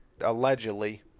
allegedly